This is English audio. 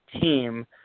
team